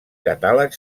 catàleg